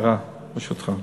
ברשותך,